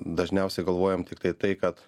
dažniausiai galvojam tiktai tai kad